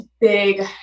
big